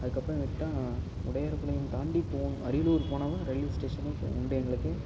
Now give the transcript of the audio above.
அதுக்கப்புறம் விட்டால் உடையார்பாளையம் தாண்டி போகணும் அரியலூர் போனாலும் ரயில்வே ஸ்டேஷனும் இப்போ உண்டு எங்களுக்கு